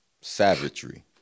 savagery